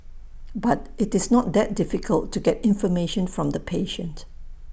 but IT is not that difficult to get information from the patient